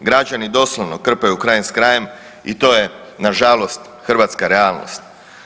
Građani doslovno krpaju kraj s krajem i to je nažalost hrvatska realnost.